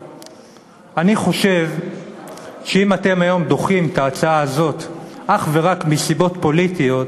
אני חושב שאם אתם היום דוחים את ההצעה הזאת אך ורק מסיבות פוליטיות,